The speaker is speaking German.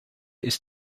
ist